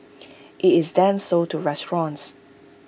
IT is then sold to restaurants